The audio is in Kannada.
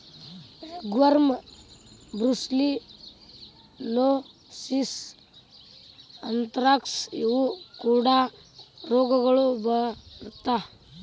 ರಿಂಗ್ವರ್ಮ, ಬ್ರುಸಿಲ್ಲೋಸಿಸ್, ಅಂತ್ರಾಕ್ಸ ಇವು ಕೂಡಾ ರೋಗಗಳು ಬರತಾ